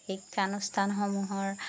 শিক্ষানুষ্ঠানসমূহৰ